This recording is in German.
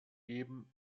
geben